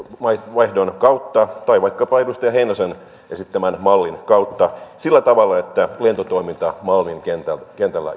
maavaihdon kautta tai vaikkapa edustaja heinosen esittämän mallin kautta sillä tavalla että lentotoiminta malmin kentällä